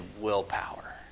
willpower